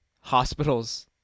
hospitals